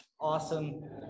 awesome